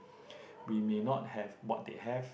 we may not have what they have